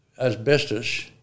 asbestos